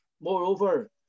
Moreover